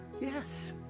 yes